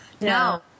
No